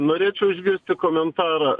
norėčiau išgirsti komentarą